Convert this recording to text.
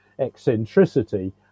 eccentricity